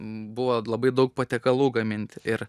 buvo labai daug patiekalų gaminti ir